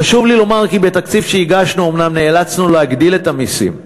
חשוב לי לומר כי בתקציב שהגשנו אומנם נאלצנו להגדיל את המסים,